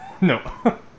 no